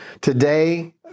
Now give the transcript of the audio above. Today